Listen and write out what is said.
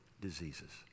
diseases